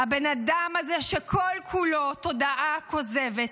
-- הבן אדם הזה שכל-כולו תודעה כוזבת,